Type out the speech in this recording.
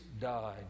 died